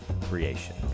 creation